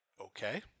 Okay